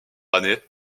année